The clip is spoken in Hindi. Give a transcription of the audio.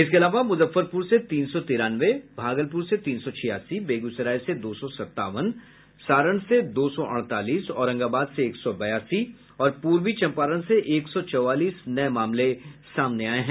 इसके अलावा मुजफ्फरपुर से तीन सौ तिरानवे भागलपुर से तीन सौ छियासी बेगूसराय से दो सौ संतावन सारण से दो सौ अड़तालीस औरंगाबाद से एक सौ बयासी और पूर्वी चंपारण से एक सौ चौवालीस नये मामले सामने आये हैं